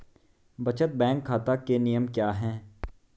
बचत बैंक खाता के नियम क्या हैं?